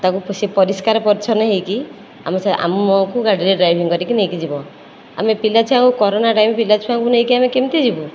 ତାକୁ ସେ ପରିଷ୍କାର ପରିଚ୍ଛନ୍ନ ହୋଇକି ଆମକୁ ଗାଡ଼ିରେ ଡ୍ରାଇଭିଙ୍ଗ କରିକି ନେଇକି ଯିବ ଆମେ ପିଲା ଛୁଆଙ୍କୁ କରୋନା ଟାଇମ ପିଲା ଛୁଆଙ୍କୁ ନେଇକି ଆମେ କେମିତି ଯିବୁ